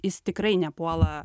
jis tikrai nepuola